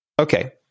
Okay